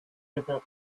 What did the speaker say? river